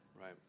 Right